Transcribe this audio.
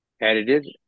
edited